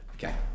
Okay